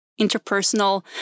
interpersonal